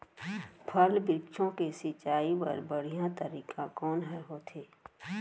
फल, वृक्षों के सिंचाई बर बढ़िया तरीका कोन ह होथे?